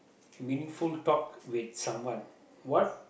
meaning talk with someone what